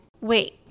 wait